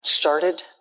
started